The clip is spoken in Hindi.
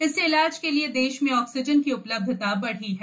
इससे इलाज़ के लिए देश में ऑक्सीजन की उपलब्धता बढ़ी है